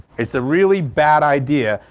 it's a really bad idea,